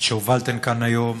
שהובלתן כאן היום,